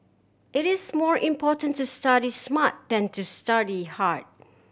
it is more important to study smart than to study hard